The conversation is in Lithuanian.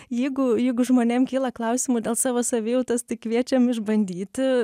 jeigu jeigu žmonėm kyla klausimų dėl savo savijautos tai kviečiam išbandyti